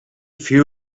few